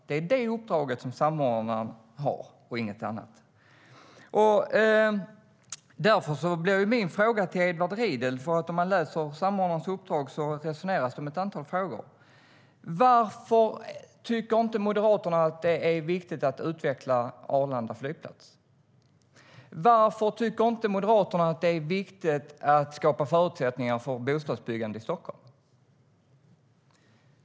Det är det uppdraget som samordnaren har - inget annat. Därför har jag en fråga till Edward Riedl. Om man läser samordnarens uppdrag ser man att det resoneras om ett antal frågor. Varför tycker inte Moderaterna att det är viktigt att utveckla Arlanda flygplats? Varför tycker inte Moderaterna att det är viktigt att skapa förutsättningar för bostadsbyggande i Stockholm?